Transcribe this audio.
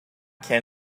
can